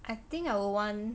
I think I would want